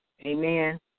Amen